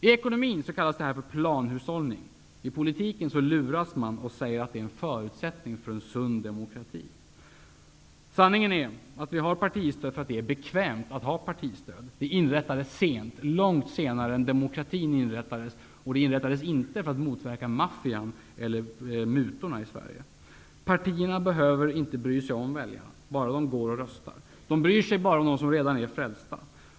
I ekonomin kallas detta för planhushållning. I politiken luras man att säga att det är en förutsättning för en sund demokrati. Sanningen är att vi har partistöd därför att det är bekvämt at ha partistöd. Det inrättades sent, långt senare än demokratin. Det inrättades inte för att motverka maffian eller mutorna i Sverige. Partierna behöver inte bry sig om väljarna bara de går och röstar. De bryr sig bara om dem som redan är frälsta.